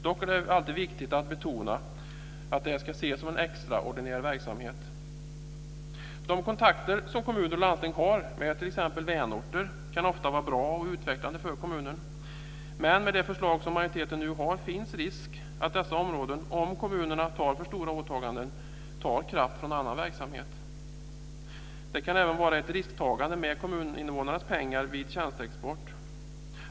Dock är det alltid viktigt att betona att detta ska ses som en extraordinär verksamhet. De kontakter som kommuner och landsting har med t.ex. vänorter kan ofta vara bra och utvecklande för kommunen. Men med det förslag som majoriteten nu har finns risk att dessa områden, om kommunerna har för stora åtaganden, tar kraft från annan verksamhet. Det kan även vara ett risktagande med kommuninvånarnas pengar vid tjänsteexport.